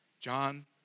John